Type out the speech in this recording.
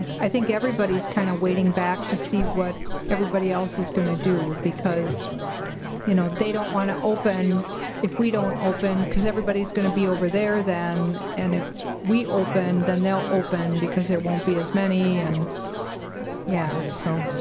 i think everybody's kind of waiting back to see what everybody else is gonna do. because you know they don't want to open if we don't open, because everybody's gonna be over there then. and if we opened then they'll open, because it won't be as many. and yeah so,